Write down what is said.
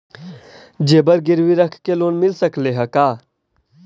जेबर गिरबी रख के लोन मिल सकले हे का?